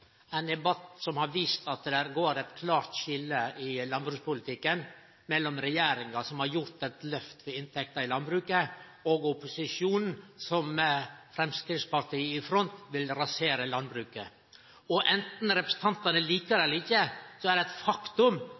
ein debatt som har vist at det går eit klart skilje i landbrukspolitikken mellom regjeringa som har gjort eit lyft for inntekta i landbruket, og opposisjonen som, med Framstegspartiet i front, vil rasere landbruket. Anten representantane liker det eller ikkje, er det eit faktum